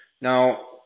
Now